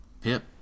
Pip